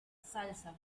salsa